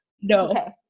No